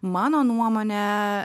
mano nuomone